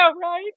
right